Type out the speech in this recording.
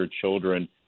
children